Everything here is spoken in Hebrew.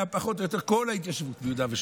פחות או יותר כל ההתיישבות ביהודה ושומרון,